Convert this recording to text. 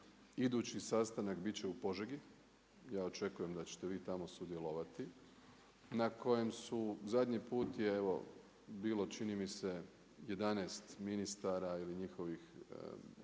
Idući sastanak biti će u Požegi, ja očekujem da ćete vi tamo sudjelovati na kojem su, zadnji put je evo bilo čini mi se 11 ministara ili njihovih pomoćnika,